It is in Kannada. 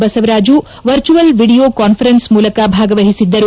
ಬಸವರಾಜು ವರ್ಚುಯಲ್ ವಿಡಿಯೋ ಕಾನ್ಸರನ್ನ್ ಮೂಲಕ ಭಾಗವಹಿಸಿದ್ದರು